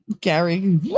Gary